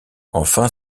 enfin